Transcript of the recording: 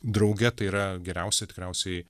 drauge tai yra geriausia tikriausiai